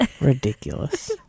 Ridiculous